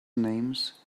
names